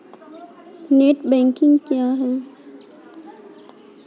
Net banking क्या है?